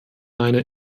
eine